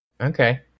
Okay